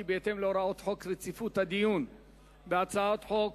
כי בהתאם להוראות חוק רציפות הדיון בהצעות חוק,